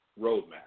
roadmap